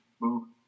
move